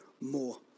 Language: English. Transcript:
more